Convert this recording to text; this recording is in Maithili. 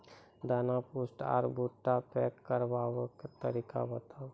दाना पुष्ट आर भूट्टा पैग करबाक तरीका बताऊ?